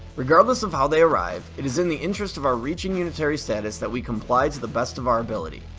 regardless of how they arrive, it is in the interest of our reaching unitary status that we comply to the best of our ability.